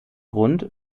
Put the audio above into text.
grund